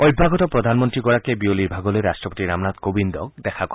অভ্যাগত প্ৰধানমন্ত্ৰীগৰাকীয়ে বিয়লিৰ ভাগলৈ ৰট্টপতি ৰামনাথ কোবিন্দক দেখা কৰিব